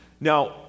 Now